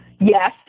Yes